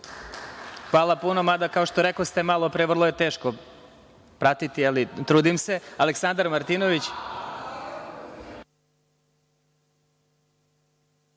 Hvala puno. Mada, kao što rekoste malopre, vrlo je teško pratiti, ali trudim se. Reč ima Aleksandar Martinović.